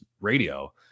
Radio